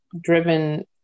driven